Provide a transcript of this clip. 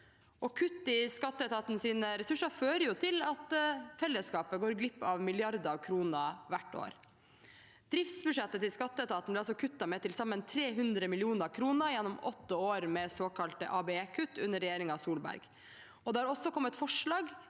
Kutt i skatteetatens ressurser fører jo til at fellesskapet går glipp av milliarder av kroner hvert år. Driftsbudsjettet til skatteetaten ble altså kuttet med til sammen 300 mill. kr gjennom åtte år med såkalte ABE-kutt, under regjeringen Solberg. Det har også kommet forslag